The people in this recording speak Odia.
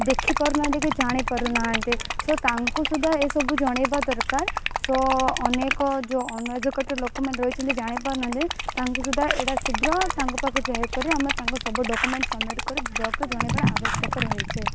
ଦେଖି ପାରୁନାହାନ୍ତି କି ଜାଣି ପାରୁନାହାନ୍ତି ସେ ତାଙ୍କୁ ସୁଧା ଏ ସବୁ ଜଣାଇବା ଦରକାର ସୋ ଅନେକ ଯେଉଁ ଅନଏଜୁକେଟେଡ଼୍ ଲୋକମାନେ ରହିଛନ୍ତି ଜାଣି ପାରୁନାହାନ୍ତି ତାଙ୍କୁ ସୁଧା ଏଇଟା ଶୀଘ୍ର ତାଙ୍କ ପାଖକୁ ଚେକ୍ କରି ଆମେ ତାଙ୍କୁ ସବୁ ଡକ୍ୟୁମେଣ୍ଟ୍ ସମିଟ୍ କରି ବ୍ଲକ୍ରେ ଜଣାଇବାର ଆବଶ୍ୟକ ରହିଛି